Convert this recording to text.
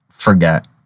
Forget